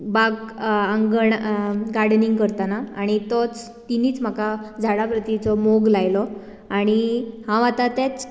बाग आंगण गार्ड्निंग करताना आनी तोच तिणेंच म्हाका झाडां भोंवतीचो मोग लायलो आनी हांव आता तेंच